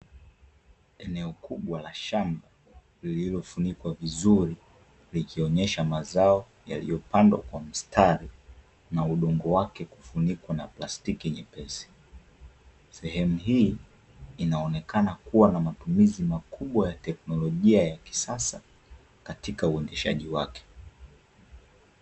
Eneo kubwa la shamba lililofunikwa vizuri likionyesha mazao yaliyo pandwa kwa mstari na udongo wake kufunikwa na plastki nyepesi sehemu hii inaonekana kuwa na matumizi makubwa ya teknologia ya kisasa katika uendeshaji wake.